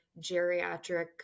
geriatric